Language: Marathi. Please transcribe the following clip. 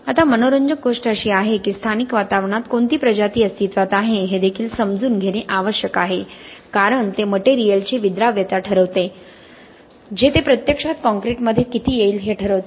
आता मनोरंजक गोष्ट अशी आहे की स्थानिक वातावरणात कोणती प्रजाती अस्तित्वात आहे हे देखील समजून घेणे आवश्यक आहे कारण ते मटेरियलची विद्राव्यता ठरवते जे ते प्रत्यक्षात काँक्रीटमध्ये किती येईल हे ठरवते